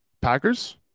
Packers